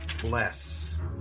bless